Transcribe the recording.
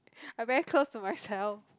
I very close to myself